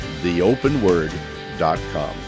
Theopenword.com